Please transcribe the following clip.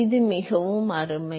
எனவே இது மிகவும் அருமை